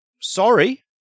sorry